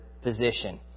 position